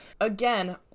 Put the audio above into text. again